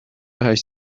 هشت